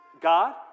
God